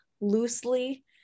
loosely